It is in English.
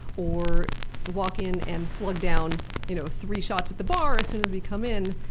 or walk in and slug down you know three shots at the bar as soon as we come in,